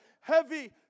Heavy